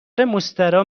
مستراح